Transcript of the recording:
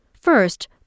First